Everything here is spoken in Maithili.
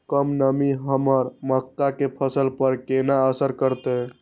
कम नमी हमर मक्का के फसल पर केना असर करतय?